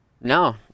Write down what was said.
no